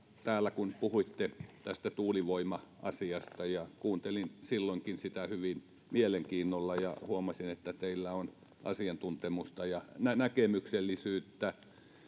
täällä kun puhuitte tästä tuulivoima asiasta ja kuuntelin silloinkin sitä hyvin mielenkiinnolla ja huomasin että teillä on asiantuntemusta ja näkemyksellisyyttä